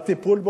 על הטיפול.